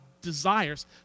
desires